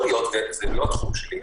זה לא התחום שלי,